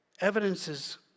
Evidences